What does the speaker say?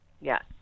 yes